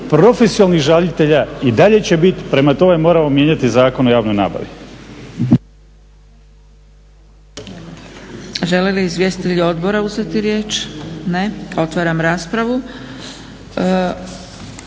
profesionalnih žalitelja i dalje će biti prema tome moramo mijenjati Zakon o javnoj nabavi.